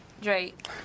Drake